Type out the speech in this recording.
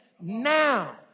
Now